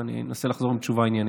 ואני אנסה לחזור עם תשובה עניינית.